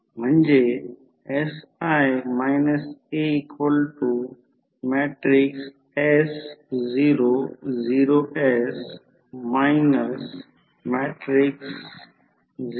तर total core loss मुळात iron loss हे हिस्टेरेसिस आणि एडी करंट लॉस आहे